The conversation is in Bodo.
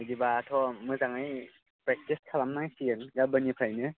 बिदिबाथ' मोजाङै प्रेकटिस खालामनांसिगोन गाबोननिफ्रायनो